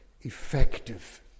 effective